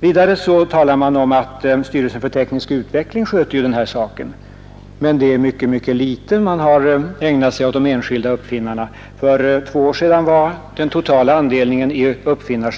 Vidare sägs det att styrelsen för teknisk utveckling sköter denna fråga. Men man har där mycket litet ägnat sig åt de enskilda uppfinnarna. För två år sedan var den andel av det